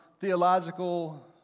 theological